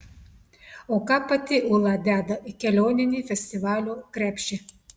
o ką pati ūla deda į kelioninį festivalio krepšį